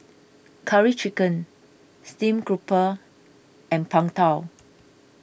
Curry Chicken Steamed Grouper and Png Tao